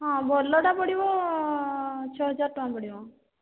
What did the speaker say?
ହଁ ଭଲଟା ପଡ଼ିବ ଛଅହଜାର ଟଙ୍କା ପଡ଼ିବ